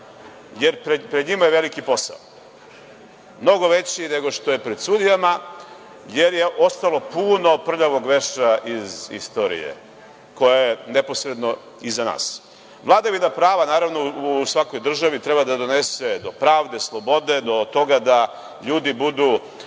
jer pred njima je veliki posao, mnogo veći nego što je pred sudijama, jer je ostalo puno prljavog veša iz istorije koja je neposredno iza nas. Vladavina prava, naravno, u svakoj državi treba da donese do pravde, slobode, do toga da ljudi budu